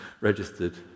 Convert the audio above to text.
registered